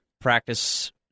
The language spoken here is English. practice